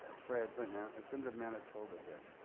fred's right now, it's in the manitoba bit.